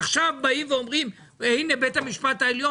עכשיו באים ואומרים הנה בית המשפט העליון